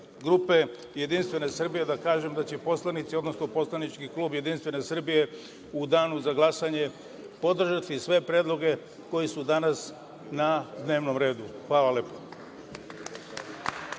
grupe Jedinstvene Srbije, da kažem da će poslanici, odnosno poslanički klub Jedinstvene Srbije u danu za glasanje podržati sve predloge koji su danas na dnevnom redu. Hvala lepo.